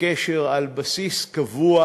בקשר על בסיס קבוע,